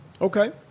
Okay